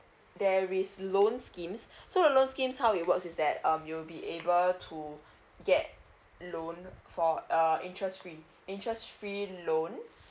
there is loan schemes so the loan scheme how it works is that um you'll be able to get loan for uh interest free interest free loan